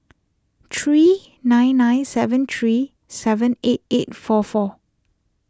three nine nine seven three seven eight eight four four